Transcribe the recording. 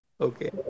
Okay